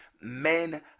men